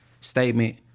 statement